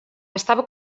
estava